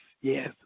yes